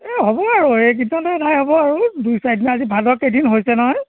এই হ'ব আৰু এইকেইদিনতে এদায় হ'ব আৰু দুই চাৰিদিন আজি ভাদ কেইদিন হৈছে নহয়